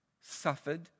suffered